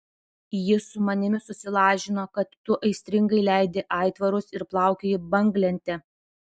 jis su manimi susilažino kad tu aistringai leidi aitvarus ir plaukioji banglente